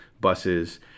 buses